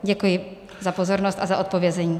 Děkuji za pozornost a za odpovězení.